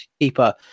keeper